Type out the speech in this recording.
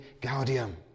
Gaudium